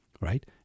Right